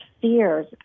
fears